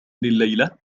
الليلة